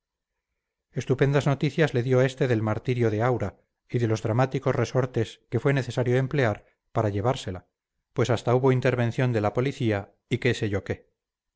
estupendas noticias le dio este del martirio de aura y de los dramáticos resortes que fue necesario emplear para llevársela pues hasta hubo intervención de la policía y qué sé yo qué